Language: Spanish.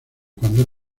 cuando